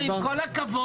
עם כל הכבוד,